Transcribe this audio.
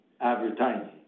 advertising